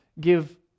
give